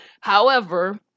however-